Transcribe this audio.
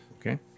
Okay